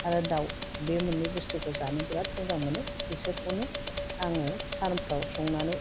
आरो दाउ बे मोननै बुस्तुखौ जानो बिराद मोजां मोनो बिसोरखौनो आङो सानफ्राव संनानै